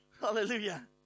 Hallelujah